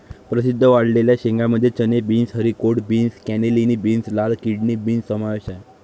प्रसिद्ध वाळलेल्या शेंगांमध्ये चणे, beans, haricot beans, cannellini beans, लाल किडनी बीन्स समावेश आहे